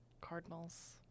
Cardinals